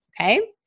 Okay